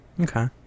okay